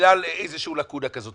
בגלל איזושהי לקונה כזאת.